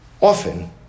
often